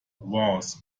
was